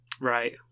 Right